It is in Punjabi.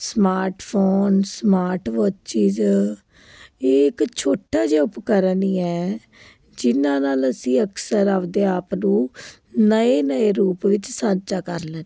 ਸਮਾਰਟਫੋਨ ਸਮਾਰਟ ਵੋਚਿਸ ਇਹ ਇੱਕ ਛੋਟਾ ਜਿਹਾ ਉਪਕਰਨ ਹੀ ਹੈ ਜਿਹਨਾਂ ਨਾਲ ਅਸੀਂ ਅਕਸਰ ਆਪਣੇ ਆਪ ਨੂੰ ਨਵੇਂ ਨਵੇਂ ਰੂਪ ਵਿੱਚ ਸਾਂਝਾ ਕਰ ਲੈਂਦੇ ਹਾਂ